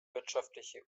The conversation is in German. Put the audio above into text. wirtschaftliche